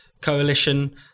coalition